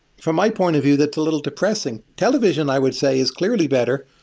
from my point of view, that's a little depressing. television, i would say, is clearly better,